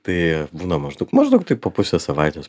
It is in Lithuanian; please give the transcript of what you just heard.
tai būna maždaug maždaug taip po pusę savaitės